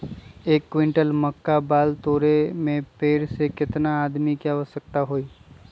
एक क्विंटल मक्का बाल तोरे में पेड़ से केतना आदमी के आवश्कता होई?